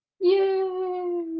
Yay